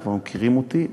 הם כבר מכירים אותי,